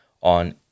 on